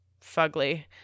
fugly